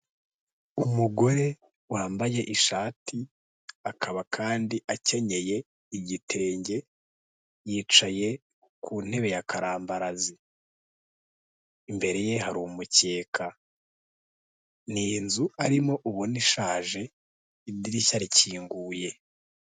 Umugore wambaye ishati akaba kandi akenyeye igitenge, yicaye ku ntebe ya karambarazi, imbere ye hari umukeka, ni inzu arimo ubona ishaje, idirishya rikinguye.